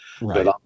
Right